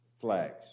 flags